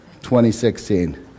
2016